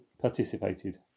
participated